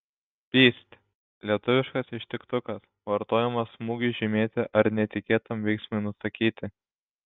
pyst lietuviškas ištiktukas vartojamas smūgiui žymėti ar netikėtam veiksmui nusakyti